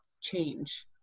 change